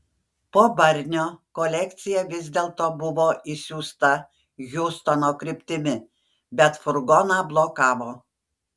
po barnio kolekcija vis dėlto buvo išsiųsta hjustono kryptimi bet furgoną blokavo